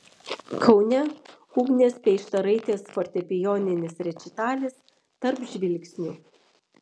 kaune ugnės peištaraitės fortepijoninis rečitalis tarp žvilgsnių